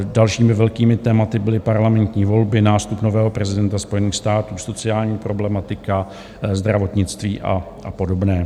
Dalšími velkými tématy byly parlamentní volby, nástup nového prezidenta Spojených států, sociální problematika, zdravotnictví a podobné.